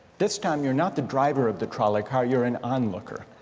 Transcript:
this time you're not the driver of the trolley car, you're an onlooker